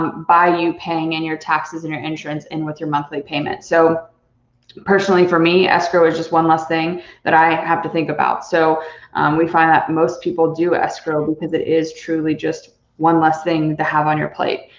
um by you paying and your taxes and your insurance in with your monthly payment. so personally for me escrow is just one less thing that i have to think about. so we find that most people do escrow because it is truly just one less thing to have on your plate.